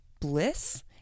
Bliss